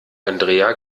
andrea